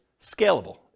scalable